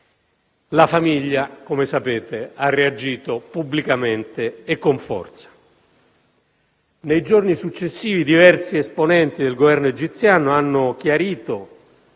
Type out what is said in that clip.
La famiglia, come sapete, ha reagito pubblicamente e con forza. Nei giorni successivi diversi esponenti del Governo egiziano, smentendo